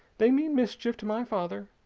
they mean mischief to my father